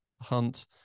Hunt